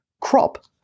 crop